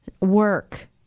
work